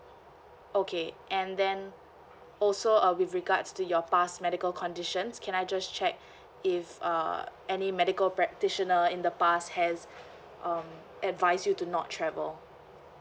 okay and then also uh with regards to your past medical conditions can I just check if uh any medical practitioner in the past has um advise you to not travel